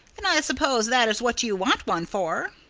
and i suppose that is what you want one for.